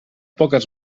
poques